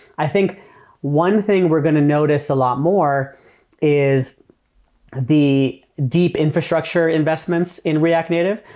i think one thing we're going to notice a lot more is the deep infrastructure investments in react native.